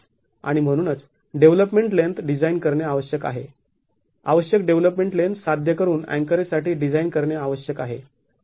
आणि म्हणूनच development length design करणे आवश्यक आहे आवश्यक डेव्हलपमेंट लेन्थ साध्य करून अँकरेज साठी डिझाईन करणे आवश्यक आहे